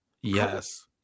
Yes